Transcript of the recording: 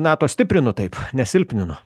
na pastiprinu taip ne silpninu